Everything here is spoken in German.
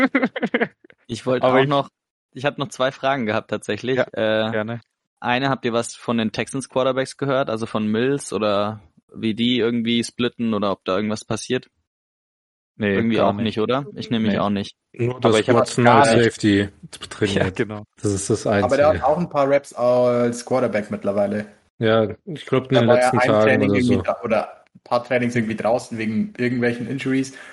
Ich wollte Aber auch ich- noch- ich hab noch zwei Fragen gehabt tatsächlich. Ja, Äh, gerne. eine, habt ihr was von den Texans Quarterbacks gehört? Also von Mills oder wie die irgendwie splitten oder ob da irgendwas passiert? Nee, Irgendwie gar auch nicht. nicht, oder? Ich nehme mich Nee. auch nicht. Nur Aber dass ich habe Watson gar als nicht- Safety t- Ja, trainiert. genau. Das ist das Aber der hat Einzige. auch ein paar Raps als Quarterback mittlerweile. Ja, ich glaub, in Da den war ja letzten ein Tagen Training oder irgendwie so. da- oder ein paar Trainings irgendwie draußen wegen irgendwelchen Injuries.